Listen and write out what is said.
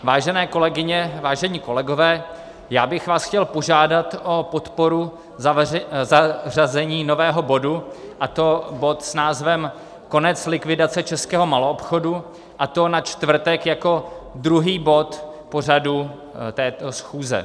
Vážené kolegyně, vážení kolegové, já bych vás chtěl požádat o podporu zařazení nového bodu, a to bodu s názvem Konec likvidace českého maloobchodu, a to na čtvrtek jako druhý bod pořadu této schůze.